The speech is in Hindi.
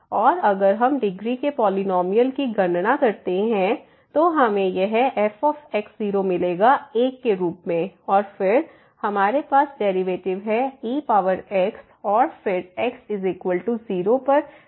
और अगर हम डिग्री के पॉलिनॉमियल की गणना करते हैं तो हमें यह fमिलेगा 1 के रूप में और फिर हमारे पास डेरिवेटिव है ex और फिर x 0 पर यह फिर से 1 होगा